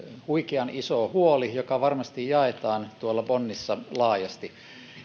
huikean iso huoli joka varmasti jaetaan tuolla bonnissa laajasti